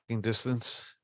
distance